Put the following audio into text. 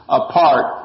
apart